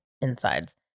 insides